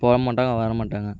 போக மாட்டாங்க வர மாட்டாங்க